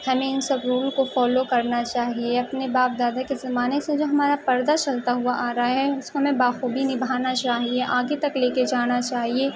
ہمیں ان سب رول کو فالو کرنا چاہیے اپنے باپ دادا کے زمانے سے جو ہمارا پردہ چلتا ہوا آ رہا ہے اس کو میں بخوبی نبھانا چاہیے آگے تک لے کے جانا چاہیے